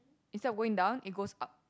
instead of going down it goes up